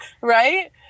Right